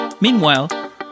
Meanwhile